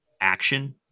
action-